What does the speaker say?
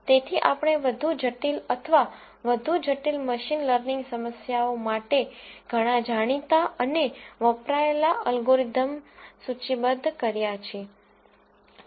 તેથી આપણે વધુ જટિલ અથવા વધુ જટિલ મશીન લર્નિંગ સમસ્યાઓ માટે ઘણા જાણીતા અને વપરાયેલા અલ્ગોરીધમ લિસ્ટ કર્યા છે